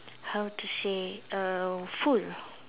how to say err full